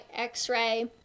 x-ray